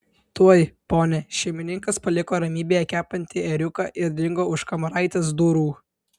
tuoj pone šeimininkas paliko ramybėje kepantį ėriuką ir dingo už kamaraitės durų